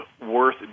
worth